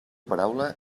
paraula